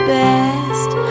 best